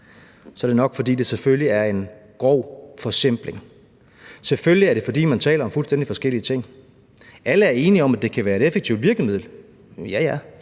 Så er det nok, fordi det selvfølgelig er en grov forsimpling. Selvfølgelig er det, fordi man taler om fuldstændig forskellige ting. Alle er enige om, at det kan være et effektivt virkemiddel – ja,